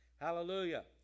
Hallelujah